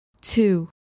two